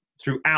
throughout